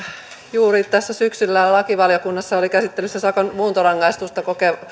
juuri tässä syksyllä lakivaliokunnassa oli käsittelyssä sakon muuntorangaistusta